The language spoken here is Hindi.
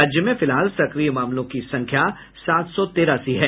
राज्य में फिलहाल सक्रिय मामलों की संख्या सात सौ तिरासी है